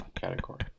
category